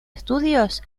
estudios